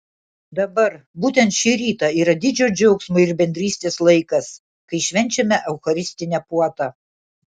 dabar būtent šį rytą yra didžio džiaugsmo ir bendrystės laikas kai švenčiame eucharistinę puotą